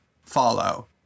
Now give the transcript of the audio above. follow